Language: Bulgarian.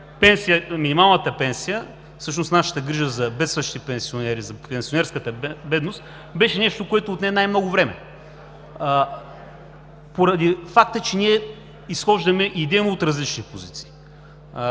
да се разберем. Всъщност, нашата грижа за бедстващите пенсионери, за пенсионерската бедност, беше нещо, което отне най-много време поради факта, че ние изхождаме идейно от различни позиции.